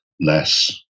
less